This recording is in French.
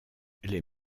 les